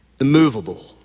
immovable